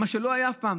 מה שלא היה אף פעם,